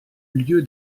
lieu